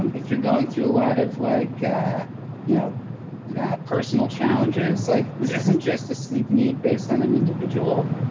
and if you're going through a lot of like ah you know personal challenges yeah like this isn't just a sleep need based on an individual,